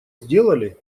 сделали